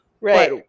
Right